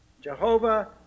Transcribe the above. Jehovah